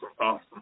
awesome